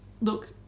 look